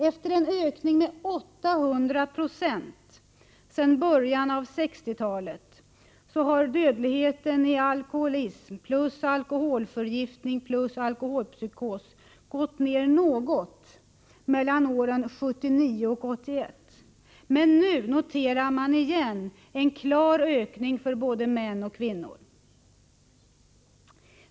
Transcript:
Efter en ökning med 800 26 sedan början av 1960-talet har dödligheten i alkoholism plus alkoholförgiftning plus alkoholpsykos gått ned något mellan år 1979 och år 1981. Men nu noteras åter en klar ökning för både män och kvinnor.